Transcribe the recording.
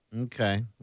Okay